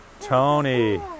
Tony